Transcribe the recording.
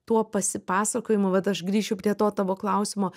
tuo pasipasakojimu vat aš grįšiu prie to tavo klausimo